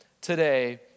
today